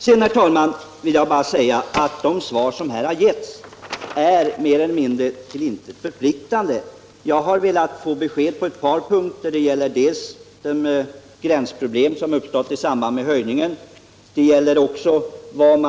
Sedan vill jag, herr talman, bara säga att det svar som här lämnats mer eller mindre är till intet förpliktande. Jag har bett att få besked på några punkter. Den första frågan gällde de gränsproblem som uppstått i samband med höjningen av statsbidraget från 33 96 till 50 926. Den andra frågan gällde finansiering och kreditgivning till aktuella offentliga objekt.